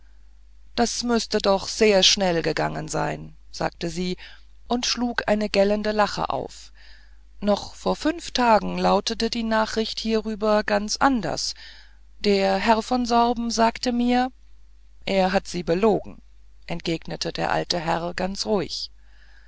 das müßte doch sehr schnell gegangen sein sagte sie und schlug eine gellende lache auf noch vor fünf tagen lauteten die nachrichten hierüber ganz anders der herr von sorben sagt mir er hat sie belogen entgegnete der alte herr ganz ruhig